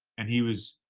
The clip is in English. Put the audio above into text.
and he was,